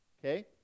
okay